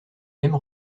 même